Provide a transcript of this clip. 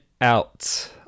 out